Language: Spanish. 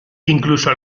incluso